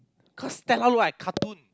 cause Stella look like cartoon